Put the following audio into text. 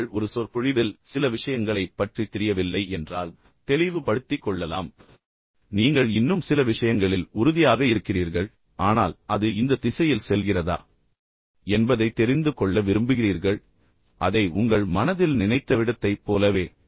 நீங்கள் ஒரு சொற்பொழிவில் இருந்தால் சில விஷயங்களைப் பற்றி உங்களுக்குத் தெரியவில்லை என்றால் நீங்கள் தெளிவு படுத்திக்கொள்ளலாம் நீங்கள் இன்னும் சில விஷயங்களில் உறுதியாக இருக்கிறீர்கள் ஆனால் அது இந்த திசையில் செல்கிறதா என்பதை நீங்கள் தெரிந்து கொள்ள விரும்புகிறீர்கள் நீங்கள் அதை உங்கள் மனதில் நினைத்த விடத்தை போலவே